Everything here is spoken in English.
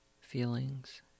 feelings